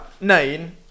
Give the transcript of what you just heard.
Nine